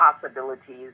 possibilities